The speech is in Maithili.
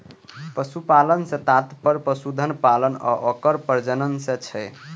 पशुपालन सं तात्पर्य पशुधन पालन आ ओकर प्रजनन सं छै